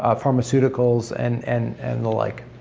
ah pharmaceuticals and and and the like.